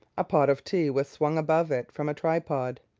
a pot of tea was swung above it from a tripod.